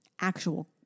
actual